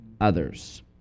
others